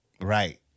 Right